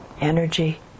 energy